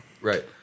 Right